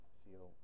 feel